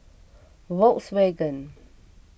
Volkswagen